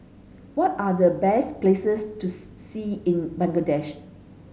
what are the best places to see in Bangladesh